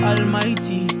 Almighty